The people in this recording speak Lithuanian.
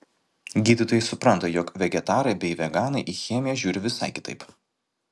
gydytojai supranta jog vegetarai bei veganai į chemiją žiūri visai kitaip